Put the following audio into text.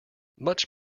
much